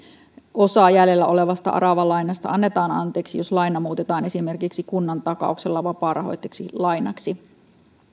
osa jäljellä olevasta aravalainasta annetaan anteeksi jos laina muutetaan esimerkiksi kunnan takauksella vapaarahoitteiseksi lainaksi